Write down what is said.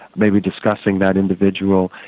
maybe discussing that individual,